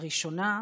הראשונה,